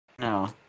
No